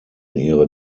ihre